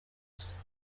gusa